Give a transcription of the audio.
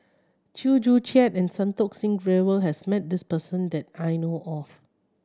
Chew Joo Chiat and Santokh Singh Grewal has met this person that I know of